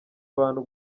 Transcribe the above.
abantu